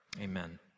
Amen